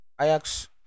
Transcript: Ajax